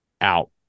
Out